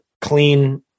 clean